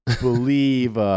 Believe